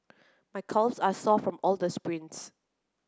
my calves are sore from all the sprints